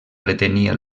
pretenia